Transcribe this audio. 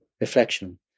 reflection